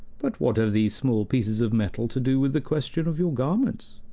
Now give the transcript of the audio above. but what have these small pieces of metal to do with the question of your garments?